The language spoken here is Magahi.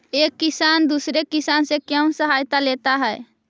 एक किसान दूसरे किसान से क्यों सहायता लेता है?